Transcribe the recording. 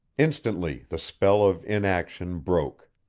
instantly the spell of inaction broke.